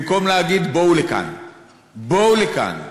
במקום להגיד: בואו לכאן, בואו לכאן.